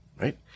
right